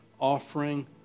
offering